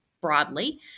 broadly